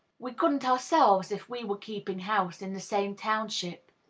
we couldn't ourselves, if we were keeping house in the same township.